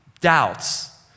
doubts